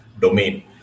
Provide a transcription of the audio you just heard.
domain